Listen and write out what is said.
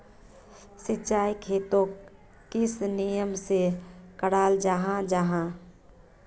सिंचाई खेतोक किस नियम से कराल जाहा जाहा?